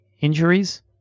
injuries